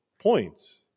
points